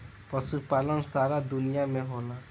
पशुपालन सारा दुनिया में होला